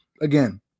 again